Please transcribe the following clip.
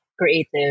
Creative